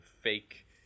fake